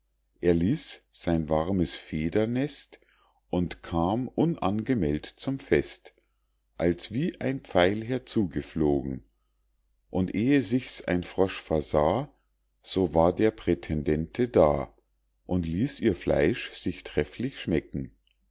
er ließ sein warmes federnest und kam unangemeld't zum fest als wie ein pfeil herzu geflogen und ehe sich's ein frosch versah so war der prätendente da und ließ ihr fleisch sich trefflich schmecken